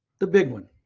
the big one.